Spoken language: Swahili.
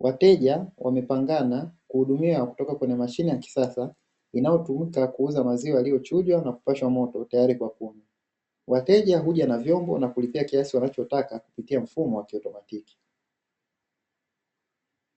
wateje wamepangana kuhudumiwa kutoka kwenye mashine ya kisasa, inayotumika kuuza maziwa yaliyochujwa na kupashwa moto tayari kwa kunywa, wateje huja na vyombo na kulipia kiasi wanachataka kupitia mfumo wa kiotomatiki.